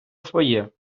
своє